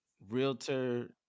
realtor